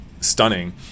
stunning